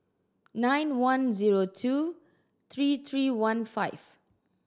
nine one zero two three three one five